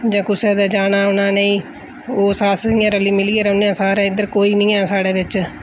जां कुसै दे जाना औना नेईं ओह् अस इ'यां रली मिलियै रौह्न्ने आं सारे इद्धर कोई निं ऐ साढ़े बिच